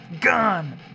gun